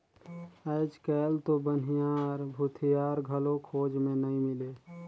आयज कायल तो बनिहार, भूथियार घलो खोज मे नइ मिलें